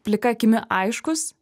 plika akimi aiškus